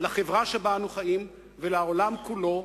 לחברה שאנו חיים בה ולעולם כולו,